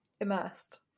immersed